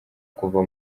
kuva